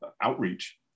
outreach